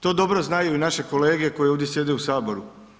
To dobro znaju i naše kolege koje ovdje sjede u Saboru.